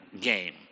game